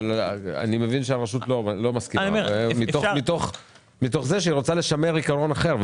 אבל הרשות לא מסכימה מתוך זה שהיא רוצה לשמר עיקרון אחר,